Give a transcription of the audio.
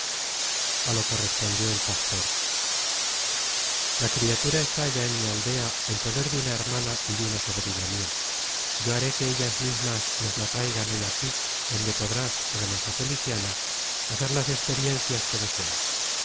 a lo que respondió el pastor la criatura está ya en content from google book search generated at mana mi aldea en poder de una hermana y de una sobrina mia yo haré que ellas mismas nos la traigan hoy aquí donde podrás hermosa feliciana hacer las experiencias que deseas